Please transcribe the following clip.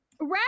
right